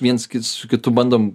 viens kits su kitu bandom